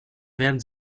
werden